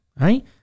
right